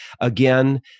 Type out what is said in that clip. again